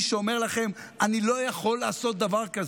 שאומר לכם: אני לא יכול לעשות דבר כזה.